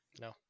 no